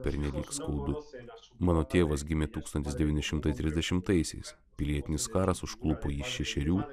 pernelyg skaudu mano tėvas gimė tūkstantis devyni šimtai trisdešimtaisiais pilietinis karas užklupo jį šešerių